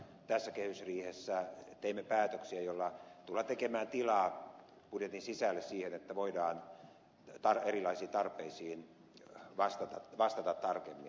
tässä kehysriihessä teimme päätöksiä joilla tullaan tekemään tilaa budjetin sisälle siihen että voidaan erilaisiin tarpeisiin vastata tarkemmin